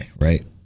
right